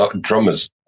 drummers